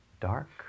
dark